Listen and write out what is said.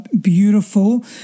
beautiful